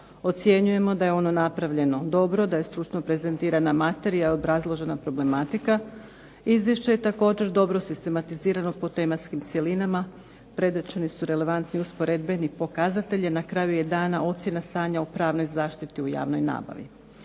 Ocjenjujemo da je ono napravljeno dobro, da je stručno prezentirana materija i obrazložena problematika izvješća i također dobro sistematizirano po tematskim cjelinama. Predočeni su relevantni usporedbeni pokazatelji. Na kraju je dana ocjena stanja u pravnoj zaštiti u javnoj nabavi.